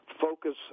focus